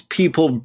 people